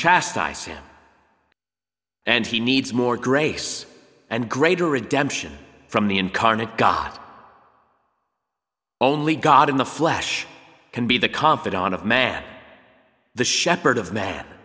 chastise him and he needs more grace and greater redemption from the incarnate got only god in the flesh can be the confidant of man the shepherd of man